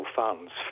funds